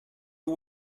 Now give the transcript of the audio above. you